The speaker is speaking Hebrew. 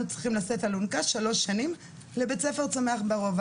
צריכים "לשאת אלונקה" במשך שלוש שנים לבית ספר צומח ברובע.